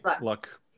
luck